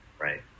Right